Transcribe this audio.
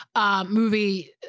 Movie